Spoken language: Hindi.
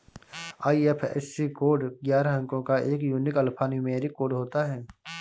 आई.एफ.एस.सी कोड ग्यारह अंको का एक यूनिक अल्फान्यूमैरिक कोड होता है